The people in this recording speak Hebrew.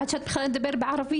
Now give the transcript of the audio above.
עד שאת מתחילה לדבר בערבית,